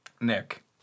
Nick